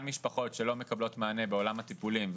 משפחות שלא מקבלות מענה בעולם הטיפולים,